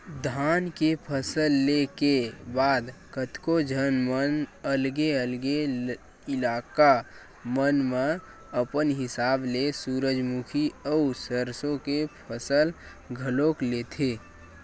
धान के फसल ले के बाद कतको झन मन अलगे अलगे इलाका मन म अपन हिसाब ले सूरजमुखी अउ सरसो के फसल घलोक लेथे